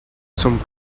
zum